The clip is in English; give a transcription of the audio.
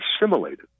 assimilated